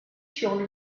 sur